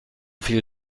viel